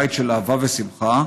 בית של אהבה ושמחה,